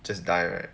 just die leh